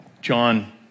John